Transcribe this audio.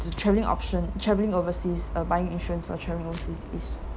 the travelling option travelling overseas uh buying insurance for travelling overseas is